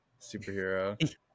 superhero